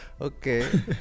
Okay